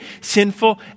sinful